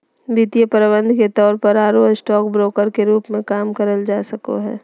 वित्तीय प्रबंधक के तौर पर आरो स्टॉक ब्रोकर के रूप मे काम करल जा सको हई